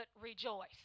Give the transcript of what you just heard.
rejoice